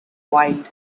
wild